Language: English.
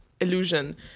illusion